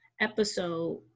episode